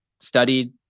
studied